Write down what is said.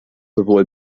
sowohl